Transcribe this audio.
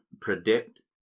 Predict